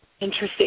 Interesting